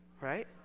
right